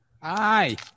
Hi